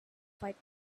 fight